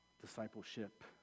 Discipleship